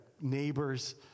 neighbors